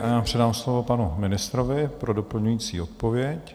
Já předám slovo panu ministrovi pro doplňující odpověď.